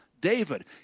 David